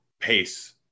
Pace